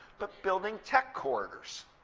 but building tech corridors.